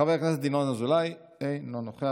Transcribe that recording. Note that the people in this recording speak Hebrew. חבר הכנסת יואב סגלוביץ' אינו נוכח,